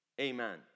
amen